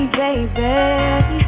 baby